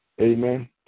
Amen